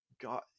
God